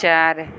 चार